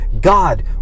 God